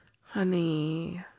Honey